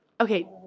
Okay